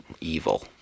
evil